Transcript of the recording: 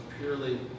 purely